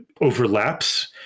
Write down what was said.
overlaps